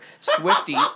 Swifty